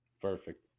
Perfect